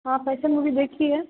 हाँ fashion movie देखी है